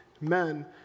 men